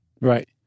Right